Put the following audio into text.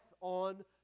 on